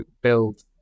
build